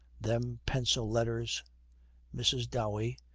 them pencil letters mrs. dowey,